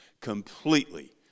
completely